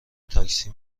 تاکسی